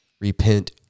Repent